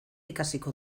ikasiko